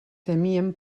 temien